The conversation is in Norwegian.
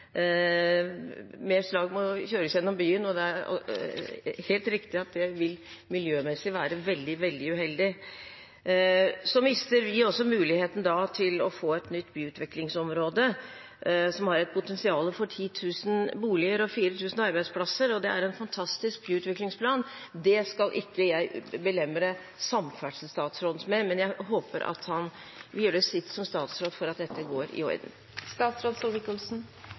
det vil miljømessig være veldig uheldig. Så mister vi også muligheten til å få et nytt byutviklingsområde, som har et potensial for 10 000 boliger og 4 000 arbeidsplasser. Det er en fantastisk byutviklingsplan. Det skal ikke jeg belemre samferdselsstatsråden med, men jeg håper at han vil gjøre sitt som statsråd for at dette går i orden. Jeg skal gjøre alt det som ligger til min rolle som statsråd